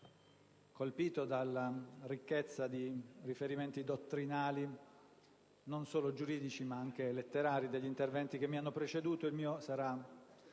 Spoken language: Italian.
colpito dalla ricchezza di riferimenti dottrinali, non solo giuridici ma anche letterari, degli interventi che mi hanno preceduto. Il mio volerà